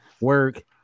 work